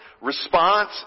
response